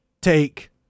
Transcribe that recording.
take